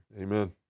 Amen